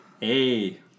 Hey